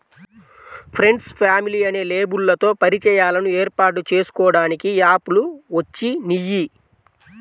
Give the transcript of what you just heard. friends, family అనే లేబుల్లతో పరిచయాలను ఏర్పాటు చేసుకోడానికి యాప్ లు వచ్చినియ్యి